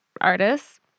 artists